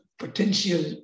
potential